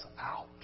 out